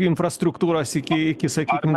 infrastruktūros iki iki sakykim